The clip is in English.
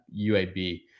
UAB